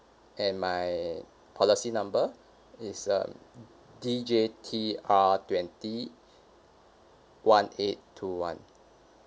and my policy number is uh D J T R twenty one eight two one